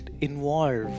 involved